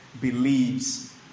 believes